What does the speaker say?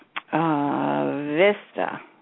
Vista